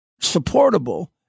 supportable